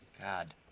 god